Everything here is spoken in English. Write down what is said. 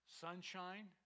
Sunshine